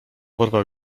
porwał